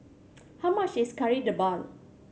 how much is Kari Debal